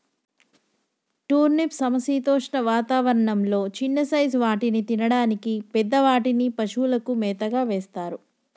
turnip సమశీతోష్ణ వాతావరణం లొ చిన్న సైజ్ వాటిని తినడానికి, పెద్ద వాటిని పశువులకు మేతగా వేస్తారు